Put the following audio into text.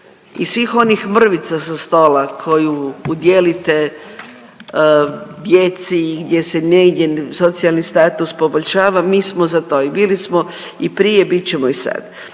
i svih onih mrvica sa stola koju udijelite djeci gdje se negdje socijalni status poboljšava mi smo za to i bili smo i prije, bit ćemo i sad.